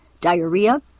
diarrhea